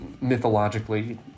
mythologically